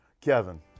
Kevin